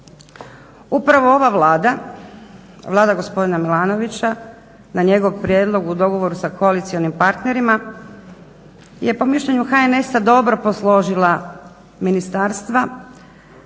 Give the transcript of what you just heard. Upravo ova Vlada, Vlada gospodina Milanovića na njegov prijedlog u dogovoru sa koalicionim partnerima je po mišljenju HNS-a dobro posložila ministarstva